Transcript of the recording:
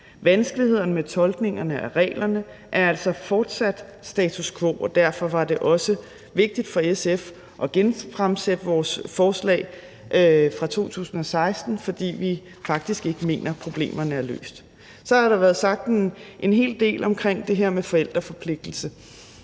Vanskelighederne med tolkningerne af reglerne er altså fortsat status quo, og derfor var det også vigtigt for SF at genfremsætte vores forslag fra 2016. For vi mener faktisk ikke, at problemerne er løst. Så har der været sagt en hel del omkring det her med forældreforpligtelse,